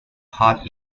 hard